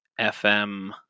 FM